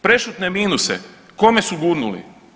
Prešutne minuse, kome su gurnuli?